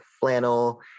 flannel